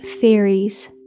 Fairies